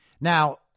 Now